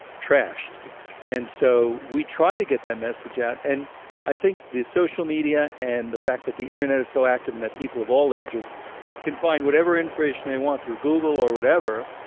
trashed and so we try to get that message out and i think the social media and the fact that the internet is so active and that people of all ages can find whatever information they want through google or whatever.